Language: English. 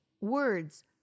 words